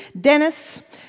Dennis